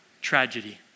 Tragedy